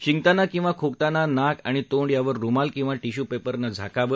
शिकताना किवा खोकताना नाक आणि तोंड यावर रुमाल किवा टिश्यू पेपरनं झाकावं